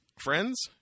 Friends